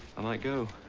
i might go.